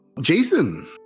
Jason